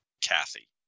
Kathy